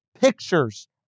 pictures